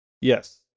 Yes